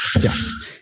Yes